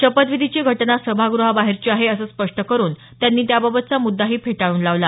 शपधविधीची घटना सभागृहाबाहेरची आहे असं स्पष्ट करून त्यांनी त्याबाबतचा मुद्दाही फेटाळून लावला